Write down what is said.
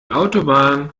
autobahn